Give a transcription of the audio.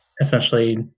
Essentially